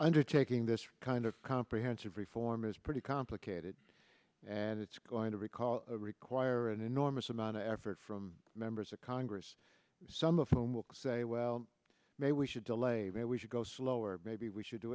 undertaking this kind of comprehensive reform is pretty complicated and it's going to recall require an enormous amount of effort from members of congress some of whom will say well maybe we should delay where we should go slow or maybe we should do